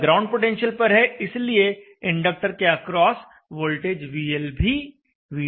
यह ground potential पर है इसलिए इंडक्टर के अक्रॉस वोल्टेज VL भी VT है